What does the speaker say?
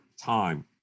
time